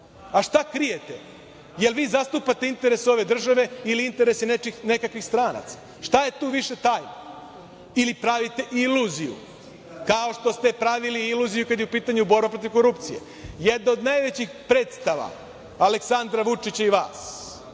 Šta krijete? Jer vi zastupate interese ove države ili interese nekakvih stranaca? Šta je tu više tajna? Ili pravite iluziju, kao što ste pravili iluziju kada je u pitanju borba protiv korupcije? Jedna od najvećih predstava Aleksandra Vučića i vas